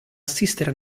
assistere